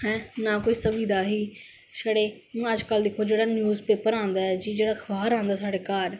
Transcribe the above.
हैं कोई ना कोई सुविधा ही छडे़ हुन अजकल दिक्खो तुस जेहड़ा न्यूज पेपर आंदा ऐ जेहड़ा अखब़ार आंदा साढ़े घर